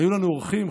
היו לנו אורחים,